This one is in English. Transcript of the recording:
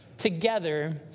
Together